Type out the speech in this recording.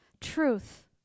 Truth